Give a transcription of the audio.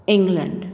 England